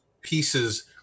pieces